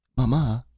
mamma,